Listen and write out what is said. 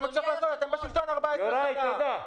אתם בשלטון 14 שנה.